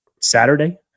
Saturday